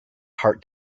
heart